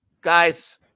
guys